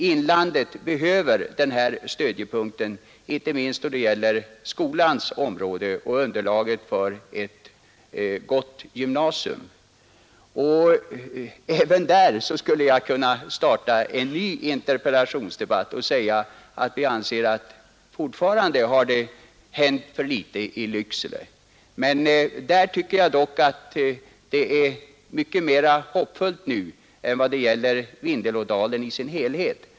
Inlandet behöver den här stödjepunkten, inte minst då det gäller skolan och underlaget för ett gott gymnasium. Även i detta avseende skulle jag kunna starta en ny interpellationsdebatt och säga att vi fortfarande anser att det har hänt för litet i Lycksele. Där tycker jag dock att det är mycket mera hoppfullt nu än för Vindelådalen i dess helhet.